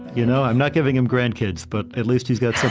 you know, i'm not giving him grandkids but at least he's got so